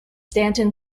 stanton